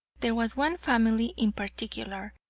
there was one family in particular,